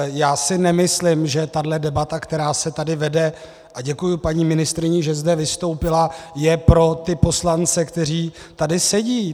Já si nemyslím, že tahle debata, která se tady vede a děkuji paní ministryni, že zde vystoupila je pro ty poslance, kteří tady sedí.